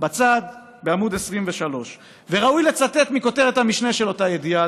בצד בעמ' 23. ראוי לצטט מכותרת המשנה של אותה ידיעה,